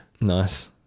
nice